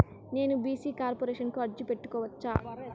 నేను BC corporation కు అర్జీ పెట్టుకోవచ్చా?